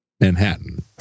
Manhattan